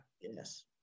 Yes